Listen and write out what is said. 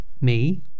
Me